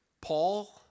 Paul